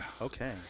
okay